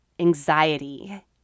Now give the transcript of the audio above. anxiety